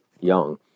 young